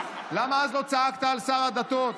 למה אז לא צעקת על שר הדתות?